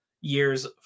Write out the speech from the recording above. years